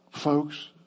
Folks